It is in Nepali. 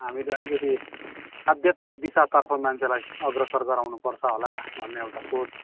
हामीले अलिकति आध्यात्मिक दिशातर्फ मान्छेलाई अग्रसर गराउनु पर्छ होला भन्ने एउटा सोच